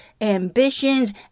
ambitions